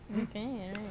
Okay